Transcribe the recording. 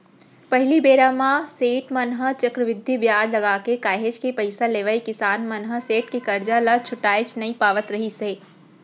पहिली बेरा म सेठ मन ह चक्रबृद्धि बियाज लगाके काहेच के पइसा लेवय किसान मन ह सेठ के करजा ल छुटाएच नइ पावत रिहिस हे